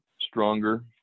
stronger